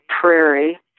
prairie